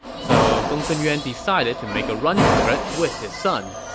so gongsun yuan decided to make a run for it with his son.